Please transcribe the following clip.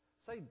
Say